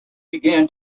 began